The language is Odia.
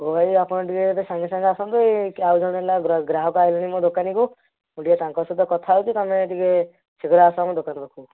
ହଉ ଭାଇ ଆପଣ ଟିକିଏ ଏବେ ସାଙ୍ଗେସାଙ୍ଗେ ଆସନ୍ତୁ ଆଉ ଜଣେ ହେଲା ଗ୍ରାହକ ଆଇଲେଣି ମୋ ଦୋକାନକୁ ମୁଁ ଟିକିଏ ତାଙ୍କ ସହିତ କଥା ହେଉଛି ତମେ ଟିକିଏ ଶୀଘ୍ର ଆସ ଆମ ଦୋକାନ ପାଖକୁ